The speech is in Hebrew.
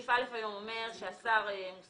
סעיף (א) היום אומר שהשר מוסמך